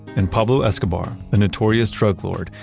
and pablo escobar, the notorious drug lord,